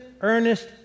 earnest